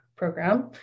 program